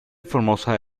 formosa